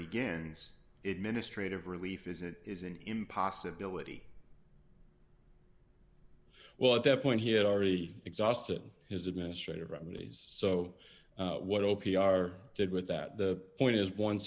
begins it ministry of relief is it is an impossibility well at that point he had already exhausted his administrative remedies so what opie are good with that the point is one